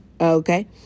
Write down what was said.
okay